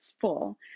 full